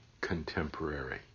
contemporary